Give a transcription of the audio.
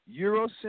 Eurocentric